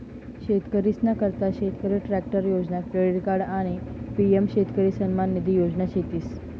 शेतकरीसना करता शेतकरी ट्रॅक्टर योजना, क्रेडिट कार्ड आणि पी.एम शेतकरी सन्मान निधी योजना शेतीस